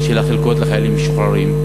של החלקות לחיילים משוחררים,